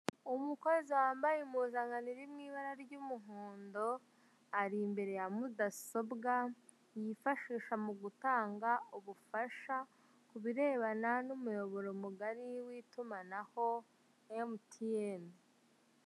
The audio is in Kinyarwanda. Umukozi wambaye impuzankano iri mu ibara ry'umuhondo, ari imbere ya mudasobwa yifashisha mu gutanga ubufasha kubirebana n'umuyoboro mugari w'itumanaho wa MTN.